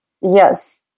Yes